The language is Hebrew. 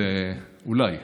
אולי.